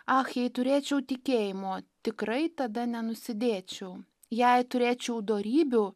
ach jei turėčiau tikėjimo tikrai tada nenusidėčiau jei turėčiau dorybių